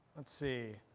let's see.